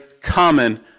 common